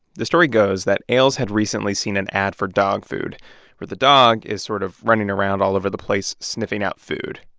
the story goes that ailes had recently seen an ad for dog food where the dog is sort of running around all over the place sniffing out food.